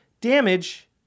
Damage